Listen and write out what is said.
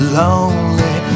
lonely